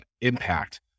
Impact